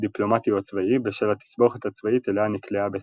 דיפלומטי או צבאי בשל התסבוכת הצבאית אליה נקלעה בתימן.